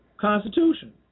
constitution